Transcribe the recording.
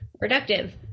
productive